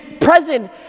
present